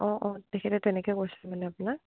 অঁ অঁ তেখেতে তেনেকে কৈছিলোঁ মানে আপোনাক